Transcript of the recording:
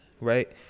right